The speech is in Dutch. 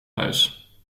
huis